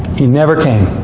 he never came.